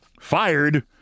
Fired